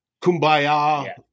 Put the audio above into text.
kumbaya